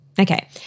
Okay